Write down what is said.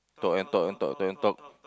talk and talk and talk talk and talk